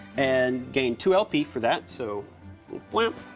and gain two lp for that, so bwam-bwamp.